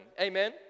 Amen